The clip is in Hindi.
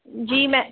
जी मैं